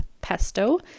pesto